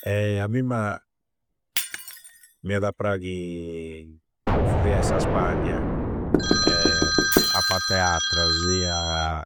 A mimma m'iada a prachi furriai sa Spagna a patti e attra, sia